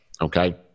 okay